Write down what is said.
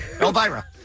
Elvira